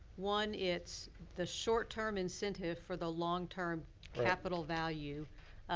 one, it's the short term incentive for the long term capital value.